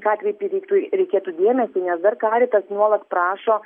ką kreipti reiktų reikėtų dėmesį nes dar karitas nuolat prašo